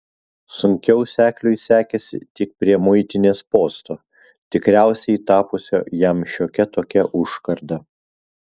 sunkiau sekliui sekėsi tik prie muitinės posto tikriausiai tapusio jam šiokia tokia užkarda